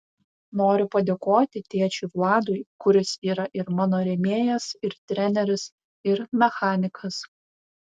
noriu padėkoti tėčiui vladui kuris yra ir mano rėmėjas ir treneris ir mechanikas